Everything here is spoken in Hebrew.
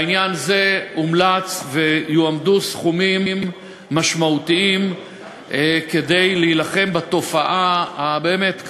בעניין זה הומלץ ויועמדו סכומים משמעותיים כדי להילחם בתופעה הקשה באמת,